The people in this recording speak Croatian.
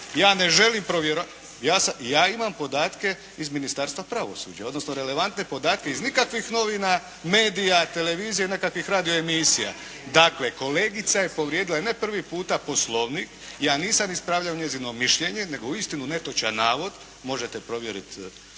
Ja ne želim provjeravati, ja imam podatke iz Ministarstva pravosuđa odnosno relevantne podatke iz nikakvih novina, medija, televizije, nekakvih radio emisija. Dakle kolegica je povrijedila ne prvi puta Poslovnik, ja nisam ispravljao njezino mišljenje nego uistinu netočan navod, možete provjerit